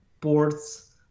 ports